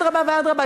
אדרבה ואדרבה,